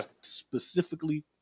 specifically